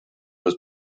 was